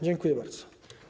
Dziękuję bardzo.